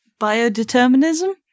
biodeterminism